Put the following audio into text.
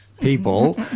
people